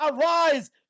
arise